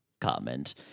comment